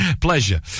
pleasure